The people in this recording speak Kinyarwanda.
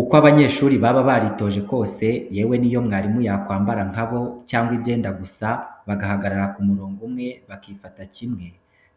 Uko abanyeshuri baba baritoje kose, yewe n'iyo mwarimu yakwambara nka bo cyangwa ibyenda gusa, bagahagararana ku murongo umwe, bakifata kimwe,